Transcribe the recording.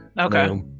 Okay